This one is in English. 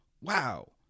wow